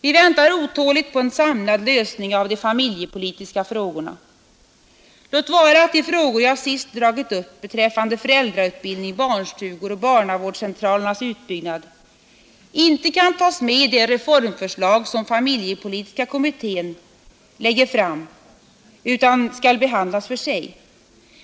Vi väntar otåligt på en samlad lösning av de familjepolitiska frågorna. Låt vara att de frågor jag sist dragit upp beträffande föräldrautbildning, barnstugor och barnavårdscentralernas utbyggnad inte kan tas med i det reformförslag som familjepolitiska kommittén skall lägga fram, utan får behandlas för sig.